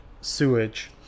sewage